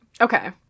Okay